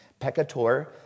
peccator